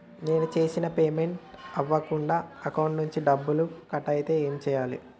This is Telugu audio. నేను చేసిన పేమెంట్ అవ్వకుండా అకౌంట్ నుంచి డబ్బులు కట్ అయితే ఏం చేయాలి?